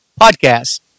podcast